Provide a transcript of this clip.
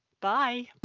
Bye